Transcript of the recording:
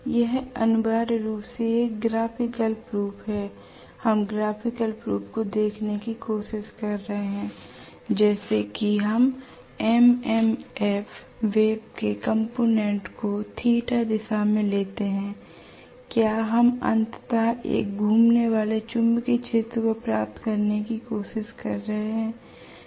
यह अनिवार्य रूप से एक ग्राफिकल प्रूफ है हम ग्राफिकल प्रूफ को देखने की कोशिश कर रहे हैं जैसे कि हम MMF वेव के कंपोनेंट को θ दिशा में लेते हैं क्या हम अंततः एक घूमने वाले चुंबकीय क्षेत्र को प्राप्त करने की कोशिश कर रहे हैं